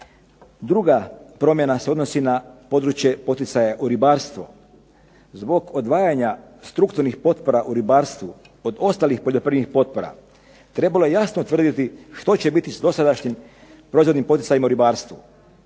Druga promjena se odnosi na područje poticaja u ribarstvu. Zbog odvajanja strukturnih potpora u ribarstvu od ostalih poljoprivrednih potpora trebalo je jasno utvrditi što će biti s dosadašnjim poticajima u ribarstvu?